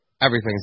Everything's